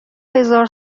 هزار